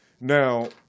Now